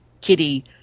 kitty